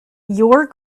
your